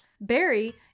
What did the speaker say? Barry